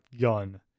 gun